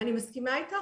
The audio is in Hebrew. אני מסכימה איתך,